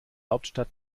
hauptstadt